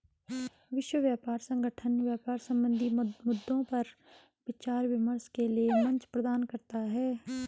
विश्व व्यापार संगठन व्यापार संबंधी मद्दों पर विचार विमर्श के लिये मंच प्रदान करता है